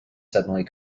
suddenly